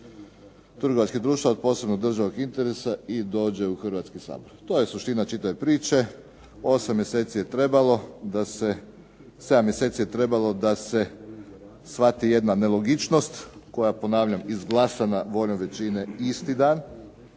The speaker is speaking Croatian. trgovačkih društava od posebnog državnog interesa dođe u Sabor. To je suština čitave priče. 7 mjeseci je trebalo da se shvati jedna nelogičnost, koja je ponavljam izglasana voljom većine isti dan